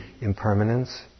Impermanence